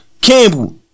Campbell